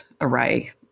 array